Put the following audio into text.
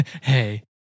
Hey